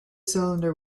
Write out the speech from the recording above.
cylinder